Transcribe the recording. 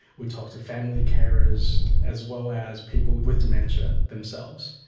we talked to family carers as well as people with dementia themselves,